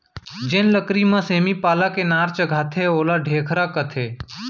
जेन लकरी म सेमी पाला के नार चघाथें ओला ढेखरा कथें